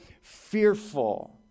fearful